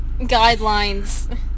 guidelines